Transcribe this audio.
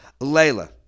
Layla